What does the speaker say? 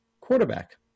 quarterback